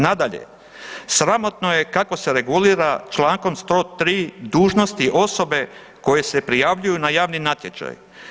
Nadalje, sramotno je kako se regulira čl. 103. dužnosti osobe koje se prijavljuju na javni natječaj.